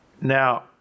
Now